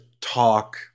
talk